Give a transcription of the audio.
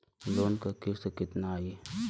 Loan क किस्त कितना आई?